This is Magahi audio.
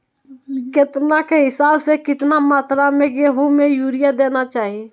केतना के हिसाब से, कितना मात्रा में गेहूं में यूरिया देना चाही?